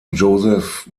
joseph